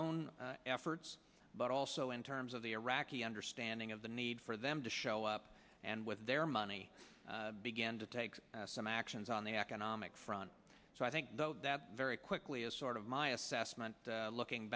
own efforts but also in terms of the iraqi understanding of the need for them to show up and with their money begin to take some actions on the economic front so i think though that very quickly is sort of my assessment looking